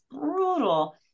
brutal